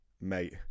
Mate